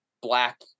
black